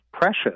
precious